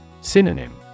Synonym